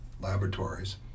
laboratories